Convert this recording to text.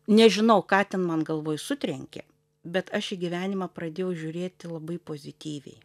nežinau ką ten man galvoj sutrenkė bet aš į gyvenimą pradėjau žiūrėti labai pozityviai